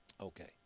Okay